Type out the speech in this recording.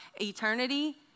eternity